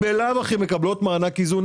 שמקבלות מענק איזון,